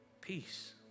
peace